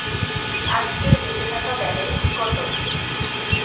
আজকের বেচে থাকা ব্যালেন্স কত?